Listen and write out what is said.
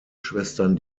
schwestern